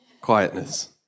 Quietness